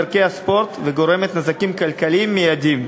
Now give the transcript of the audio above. בערכי הספורט וגורמת נזקים כלכליים מיידיים.